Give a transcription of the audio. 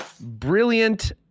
brilliant